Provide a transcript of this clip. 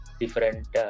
different